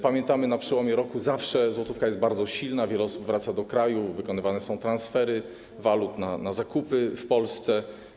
Pamiętamy o tym, że na przełomie roku zawsze złotówka jest bardzo silna - wiele osób wraca do kraju, wykonywane są transfery walut na zakupy w Polsce.